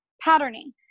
patterning